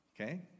Okay